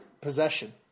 possession